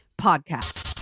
podcast